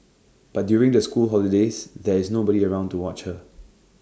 but during the school holidays there is nobody around to watch her